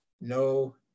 no